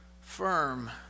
firm